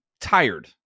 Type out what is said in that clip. tired